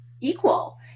equal